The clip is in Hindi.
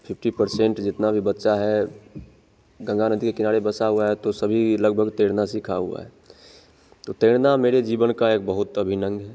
फिफ्टी परसेंट जितना भी बच्चा है गंगा नदी के किनारे बसा हुआ है तो सभी लगभग तैरना सीखा हुआ है तो तैरना मेरे जीवन का एक बहुत अभिन्न अंग है